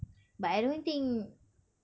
but I don't think